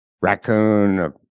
raccoon